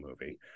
movie